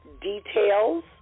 details